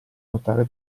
notare